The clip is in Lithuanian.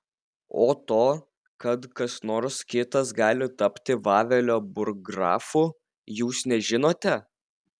o to kad kas nors kitas gali tapti vavelio burggrafu jūs nežinote